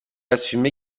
assume